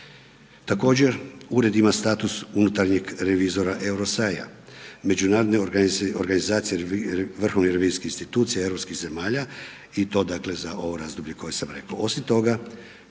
Također, ured ima status unutarnjem revizora EUROSAI-a Međunarodne organizacije vrhovnih revizijskih institucija europskih zemalja i to dakle za ovo razdoblje koje sam reko. Osim toga,